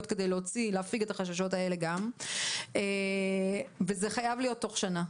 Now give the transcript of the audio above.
כדי 5להוציא ולהפיג את החששות האלה גם וזה חייב להיות תוך שנה.